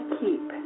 keep